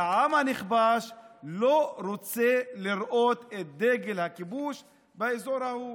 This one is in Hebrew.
והעם הנכבש לא רוצה לראות את דגל הכיבוש באזור ההוא.